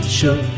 show